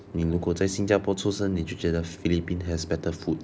你如果在新加坡出生你就觉得 philippines has better food